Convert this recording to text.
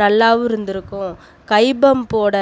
நல்லாவும் இருந்திருக்கும் கை பம்ப்போட